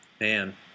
Man